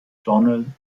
journal